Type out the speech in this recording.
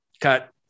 cut